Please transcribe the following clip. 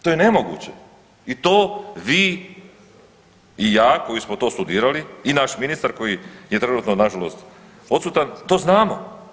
To je nemoguće i to vi i ja koji smo to studirali i naš ministar koji je trenutno nažalost odsutan to znamo.